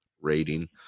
rating